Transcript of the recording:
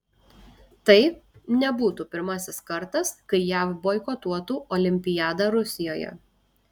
tai nebūtų pirmasis kartas kai jav boikotuotų olimpiadą rusijoje